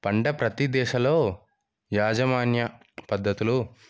పంట ప్రతీ దిశలో యాజమాన్య పద్ధతులు